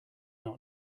not